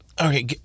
Okay